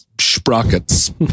sprockets